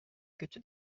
kötü